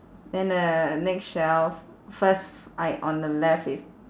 then the next shelf first I on the left is